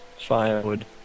firewood